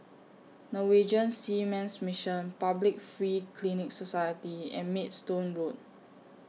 Norwegian Seamen's Mission Public Free Clinic Society and Maidstone Road